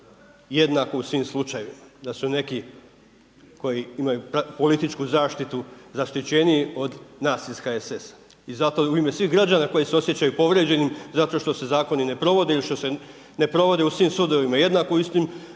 jednako u svim slučajevima, da su neki koji imaju političku zaštiti zaštićeniji od nas iz HSS-a. I zato u ime svih građana koji se osjećaju povrijeđenim zato što se zakoni ne provode ili zato što se ne provode u svim sudovima jednako u istim